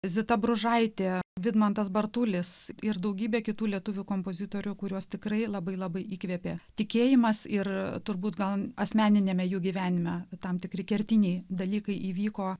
zita bružaitė vidmantas bartulis ir daugybė kitų lietuvių kompozitorių kuriuos tikrai labai labai įkvėpė tikėjimas ir turbūt gal asmeniniame gyvenime tam tikri kertiniai dalykai įvyko